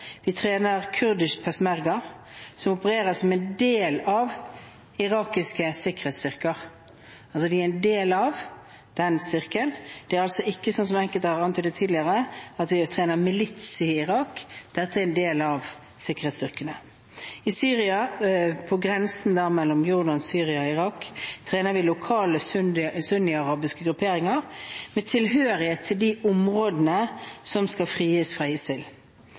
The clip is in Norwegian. Vi trener kurdisk peshmerga som opererer som en del av irakiske sikkerhetsstyrker. De er en del av den styrken, og det er ikke slik, som enkelte har antydet tidligere, at vi trener milits i Irak. Dette er en del av sikkerhetsstyrkene. I Syria, på grensen mellom Jordan, Syria og Irak, trener vi lokale sunniarabiske grupperinger med tilhørighet til de områdene som skal frigis fra ISIL.